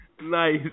Nice